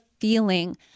feeling